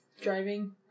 Driving